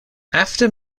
after